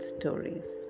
stories